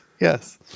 Yes